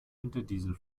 winterdiesel